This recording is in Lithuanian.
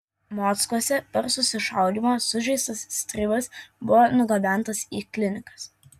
mockuose per susišaudymą sužeistas stribas buvo nugabentas į klinikas